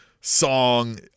song